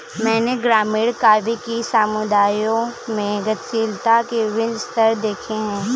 मैंने ग्रामीण काव्य कि समुदायों में गतिशीलता के विभिन्न स्तर देखे हैं